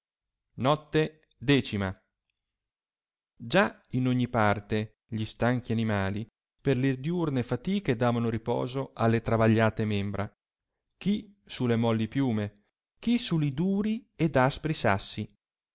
te decima già in ogni parte gli stanchi animali per le diurne fatiche davano riposo alle travagliate membra chi su le molli piume che sui duri ed aspri sassi